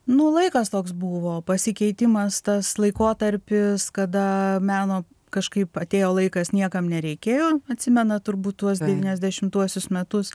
nu laikas toks buvo pasikeitimas tas laikotarpis kada meno kažkaip atėjo laikas niekam nereikėjo atsimenat turbūt tuos devyniasdešimtuosius metus